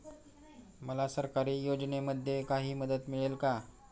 मला सरकारी योजनेमध्ये काही मदत मिळेल का?